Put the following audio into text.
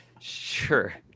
Sure